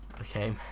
Okay